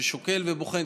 ששוקל ובוחן.